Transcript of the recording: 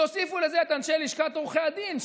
תוסיפו לזה את אנשי לשכת עורכי הדין,